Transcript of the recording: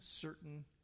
certain